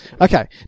Okay